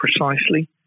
precisely